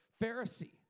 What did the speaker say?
Pharisee